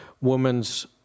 woman's